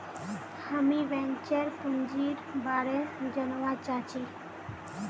हामीं वेंचर पूंजीर बारे जनवा चाहछी